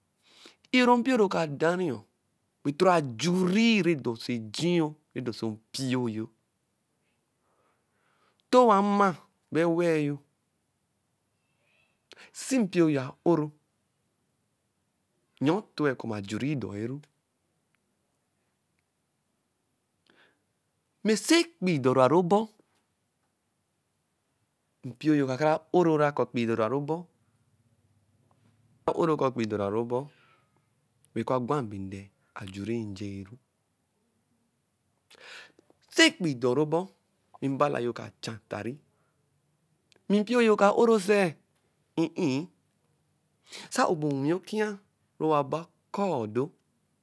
I-o-ro mpio rɔ ɔka da riɔ bɛ ɔtɔrɔ ajun rɛ dɔ osẹ eji yo, rɛ dɔ oso mpio yo. Tc awa ma ebo ewe-e yo, sɛ mpio yo a’ro, yɔɔ tu-e kɔ mɛ ajun dɔiru. Mɛ sɛ ekpii dɔra ru ɔbɔ. mpio yo ka kara o’ro-ra kɔ ekpii dɔra ru ɔbɔ eka o’ro kɔ ekpii dɔra ru ɔbɔ, wɛ eka gwa bɛ ndɛ, ajun njeiru. Sɛ ekpii dɔrɔ ɔbɔ wɛ mbala yo ka chs tari, mɛ mpio yo ka-o’ro sɛ. En. en. sɛ a-o bɛ onwi okwia rɔ owa ba aka-a odo